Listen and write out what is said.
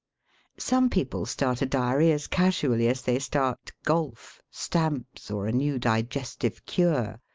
some people start a diary as casually as they start golf, stamps, or a new digestive cure.